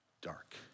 dark